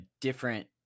different